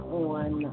on